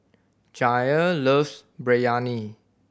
Jair loves Biryani